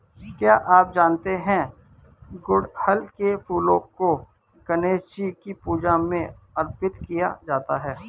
क्या आप जानते है गुड़हल के फूलों को गणेशजी की पूजा में अर्पित किया जाता है?